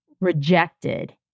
rejected